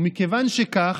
ומכיוון שכך,